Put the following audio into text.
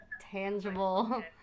tangible